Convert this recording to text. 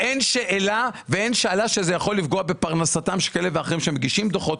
אין שאלה שזה יכול לפגוע בפרנסתם של כאלה ואחרים שמגישים דו"חות,